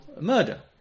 murder